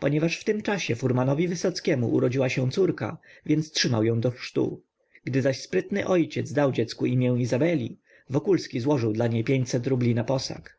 ponieważ w tym czasie furmanowi wysockiemu urodziła się córka więc trzymał ją do chrztu gdy zaś sprytny ojciec dał dziecku imię izabeli wokulski złożył dla niej pięćset rubli na posag